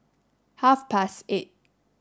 half past eight